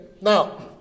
Now